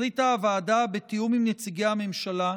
החליטה הוועדה, בתיאום עם נציגי הממשלה,